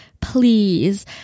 please